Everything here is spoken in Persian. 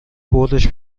بردش